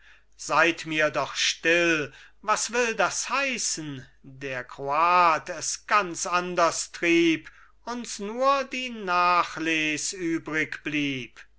seid mir doch still was will das heißen der kroat es ganz anders trieb uns nur die nachles